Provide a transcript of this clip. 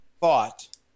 thought